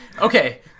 Okay